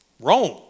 Rome